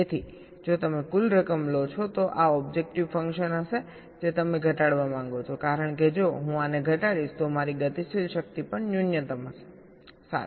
તેથી જો તમે કુલ રકમ લો છો તો આ ઓબ્જેક્ટિવ ફંકશન હશે જે તમે ઘટાડવા માંગો છો કારણ કે જો હું આને ઘટાડીશ તો મારી ગતિશીલ શક્તિ પણ ન્યૂનતમ હશે સારું